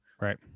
right